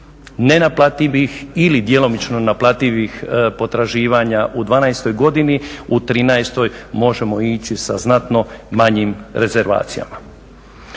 nenaplativih ili djelomično naplativih potraživanja u '12. godini, u '13. možemo ići sa znatno manjim rezervacijama.